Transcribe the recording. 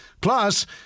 Plus